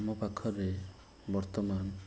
ଆମ ପାଖରେ ବର୍ତ୍ତମାନ